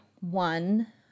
one